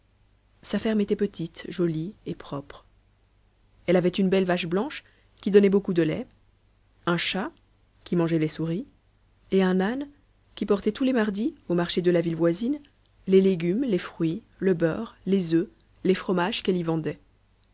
sa ferme était petite jolie et propre elle avait une belle vache blanche qui donnait beaucoup de lait un chat qui mangeait les souris et un âne qui portait tous les mardis au marché de la ville voisine les légumes les fruits le beurre les oeufs les fromages qu'elle y vendait